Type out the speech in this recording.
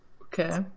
Okay